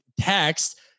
text